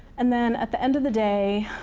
and then at the end of the day,